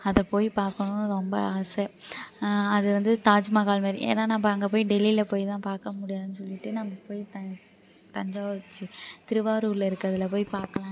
அதை போய் பார்க்கணுன்னு ரொம்ப ஆசை அது வந்து தாஜ்மஹால் மாதிரி ஏன்னா நம்ம அங்கே போய் டெல்லியில் போயிலாம் பார்க்க முடியாதுன்னு சொல்லிட்டு நம்ம போய் த தஞ்சாவூர் சீ திருவாரூரில் இருக்கிறதில் போய் பார்க்கலாம்ன்னு